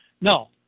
No